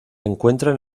encuentran